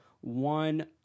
one